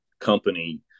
company